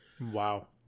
Wow